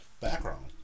background